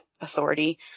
authority